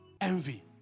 Envy